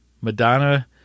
Madonna